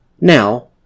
Now